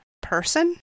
person